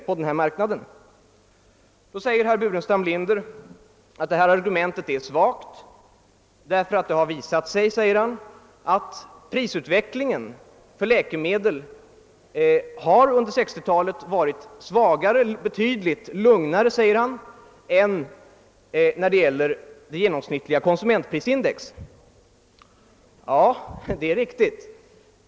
Då invänder herr Burenstam Linder att det har visat sig att prisutvecklingen för läkemedel under 1960-talet har varit betydligt lugnare än när det gäller det genomsnittliga konsumentprisindex. Ja, det är riktigt.